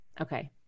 Okay